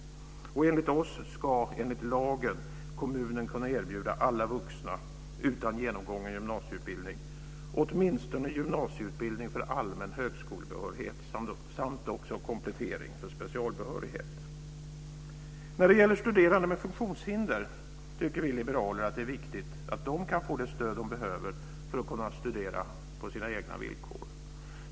Enligt Folkpartiet ska, enligt lag, kommunen kunna erbjuda alla vuxna utan genomgången gymnasieutbildning, åtminstone gymnasieutbildning för allmän högskolebehörighet samt komplettering för specialbehörighet. När det gäller studerande med funktionshinder tycker vi liberaler att det är viktigt att de kan få det stöd de behöver för att kunna studera på sina egna villkor.